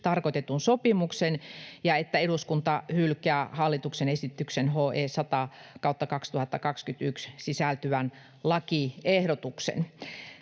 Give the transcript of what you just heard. tarkoitetun sopimuksen ja että eduskunta hylkää hallituksen esitykseen HE 100/2021 sisältyvän lakiehdotuksen.